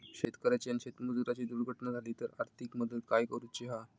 शेतकऱ्याची आणि शेतमजुराची दुर्घटना झाली तर आर्थिक मदत काय करूची हा?